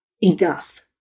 enough